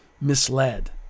misled